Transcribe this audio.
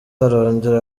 arongera